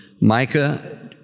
Micah